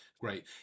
great